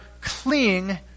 cling